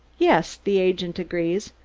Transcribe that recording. yes, the agent agreed.